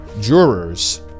jurors